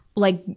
like,